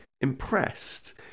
impressed